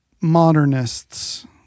Modernists